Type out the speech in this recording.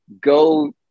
go